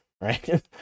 right